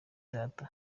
data